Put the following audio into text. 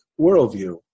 worldview